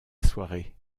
soirée